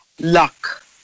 Luck